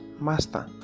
Master